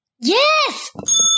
yes